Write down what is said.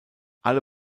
alle